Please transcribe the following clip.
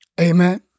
Amen